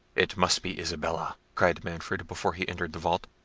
it must be isabella, cried manfred, before he entered the vault.